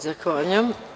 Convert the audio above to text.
Zahvaljujem.